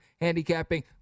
handicapping